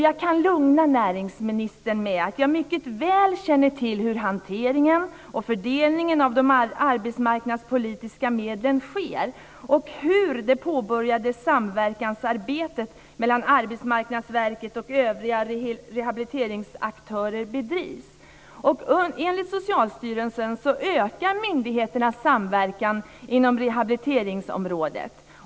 Jag kan lugna näringsministern med att jag mycket väl känner till hur hanteringen och fördelningen av de arbetsmarknadspolitiska medlen går till och hur det påbörjade samverkansarbetet mellan Arbetsmarknadsverket och övriga rehabiliteringsaktörer bedrivs. Enligt Socialstyrelsen ökar myndigheternas samverkan inom rehabiliteringsområdet.